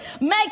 make